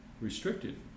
restricted